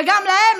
וגם להם,